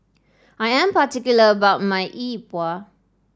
I am particular about my E Bua